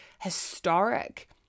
historic